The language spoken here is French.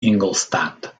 ingolstadt